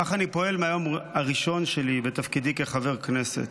כך אני פועל מהיום הראשון שלי בתפקידי כחבר כנסת.